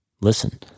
Listen